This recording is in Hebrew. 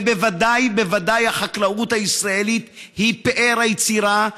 ובוודאי ובוודאי החקלאות הישראלית היא פאר היצירה,